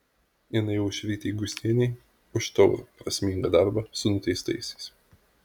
inai aušrytei gustienei už taurų prasmingą darbą su nuteistaisiais